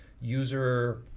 user